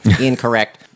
Incorrect